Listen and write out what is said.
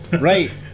right